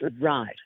right